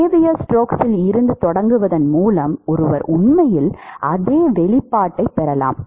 Navier ஸ்டோக்ஸில் இருந்து தொடங்குவதன் மூலம் ஒருவர் உண்மையில் அதே வெளிப்பாட்டைப் பெறலாம்